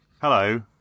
Hello